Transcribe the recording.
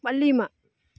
Valliammal